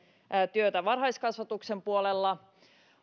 työtä varhaiskasvatuksen puolella